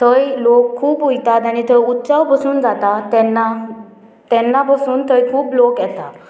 थंय लोक खूब वयतात आनी थंय उत्सव बसून जाता तेन्ना तेन्ना बसून थंय खूब लोक येता